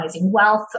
wealth